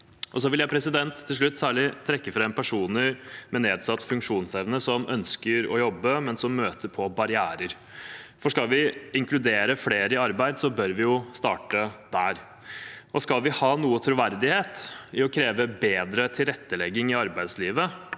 jeg til slutt særlig trekke fram personer med nedsatt funksjonsevne som ønsker å jobbe, men som møter på barrierer, for skal vi inkludere flere i arbeid, bør vi jo starte der. Skal vi ha noen troverdighet i å kreve bedre tilrettelegging i arbeidslivet